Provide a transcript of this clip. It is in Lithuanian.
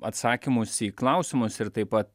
atsakymus į klausimus ir taip pat